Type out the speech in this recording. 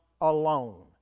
alone